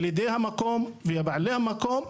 ילידי המקום ובעלי המקום,